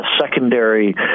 secondary